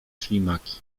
ślimaki